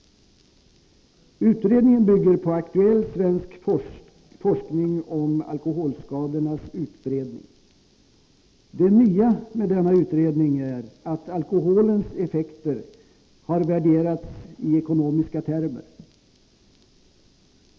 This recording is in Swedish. Utredningen bygger på aktuell svensk forskning om alkoholskadornas utbredning. Det nya med denna utredning är att alkoholens effekter har värderats i ekonomiska termer.